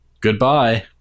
Goodbye